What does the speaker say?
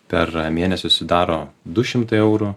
per mėnesį sudaro du šimtai eurų